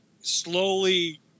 slowly